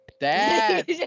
Dad